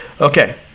Okay